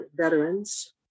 veterans